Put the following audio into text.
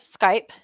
Skype